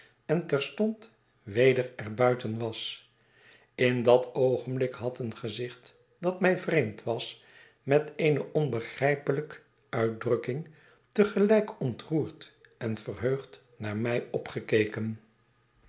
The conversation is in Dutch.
en terstond weder er buiten was in dat oogenblik had een gezicht dat mij vreemd was met eene onbegrijpelyk uitdrukking te gelijk ontroerd en verheugd naar mij opgekeken